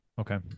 okay